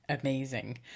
amazing